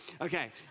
Okay